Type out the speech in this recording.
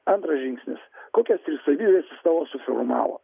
antras žingsnis kokias tris savybes jis tavo suformavo